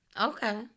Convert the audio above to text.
okay